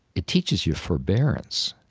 it teaches you forbearance.